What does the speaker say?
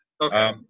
okay